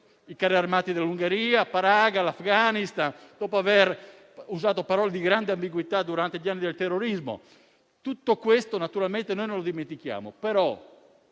i carri armati dell'Ungheria, Praga e l'Afghanistan e dopo aver usato parole di grande ambiguità durante gli anni del terrorismo. Tutto questo, naturalmente, non lo dimentichiamo.